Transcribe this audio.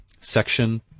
section